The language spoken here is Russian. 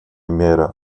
мера